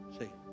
See